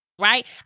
right